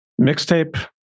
Mixtape